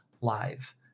live